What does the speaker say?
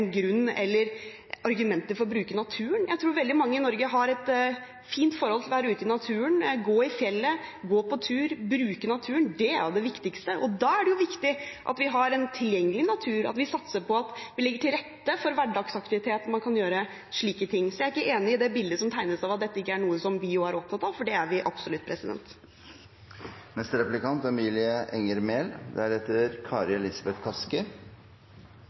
grunn, eller argumenter, for å bruke naturen. Jeg tror veldig mange i Norge har et fint forhold til å være ute i naturen, gå i fjellet, gå på tur, bruke naturen. Det er det viktigste, og da er det viktig at vi har en tilgjengelig natur, at vi legger til rette for hverdagsaktiviteter, at man kan gjøre slike ting. Jeg er ikke enig i det bildet som tegnes av at dette er noe som ikke også vi er opptatt av, for det er vi absolutt.